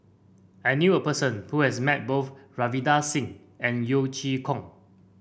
I knew a person who has met both Ravinder Singh and Yeo Chee Kiong